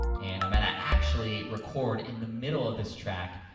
and i'm gonna actually record in the middle of this track,